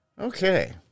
Okay